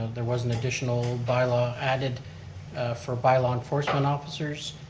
there was an additional bylaw added for bylaw enforcement officers,